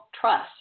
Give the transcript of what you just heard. trust